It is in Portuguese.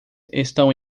estão